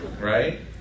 right